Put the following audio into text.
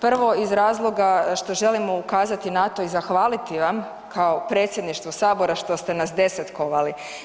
Prvo, iz razloga što želimo ukazati na to i zahvaliti vam kao Predsjedništvu Sabora što ste nas desetkovali.